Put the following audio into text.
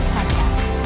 Podcast